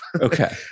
Okay